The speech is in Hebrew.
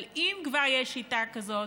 אבל אם כבר יש שיטה כזאת,